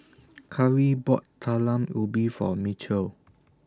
Cari bought Talam Ubi For Mitchel